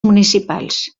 municipals